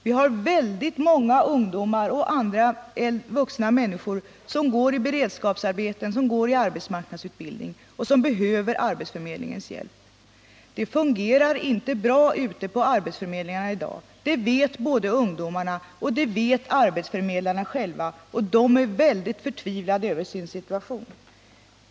Vi har väldigt många ungdomar och vuxna som går i beredskapsarbeten och arbetsmarknadsutbildning och som behöver arbetsförmedlingens hjälp. Det fungerar inte bra ute på arbetsförmedlingarna i dag. Det vet ungdomarna, och det vet arbetsförmedlarna själva. De är förtvivlade över sin situation.